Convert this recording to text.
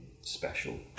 special